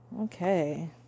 Okay